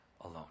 alone